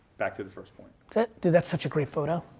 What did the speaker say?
back to the first point. that's it. dude, that's such a great photo.